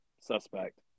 suspect